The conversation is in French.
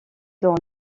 dans